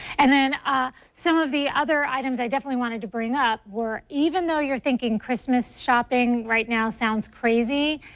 and then ah some of the other items i definitely wanted to bring up were even though you're thinking christmas shopping right now sounds crazy,